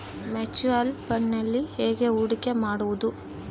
Mutual ಫುಣ್ಡ್ನಲ್ಲಿ ಹೇಗೆ ಹೂಡಿಕೆ ಮಾಡುವುದು?